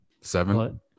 Seven